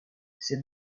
c’est